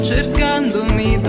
Cercandomi